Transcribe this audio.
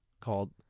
called